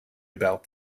about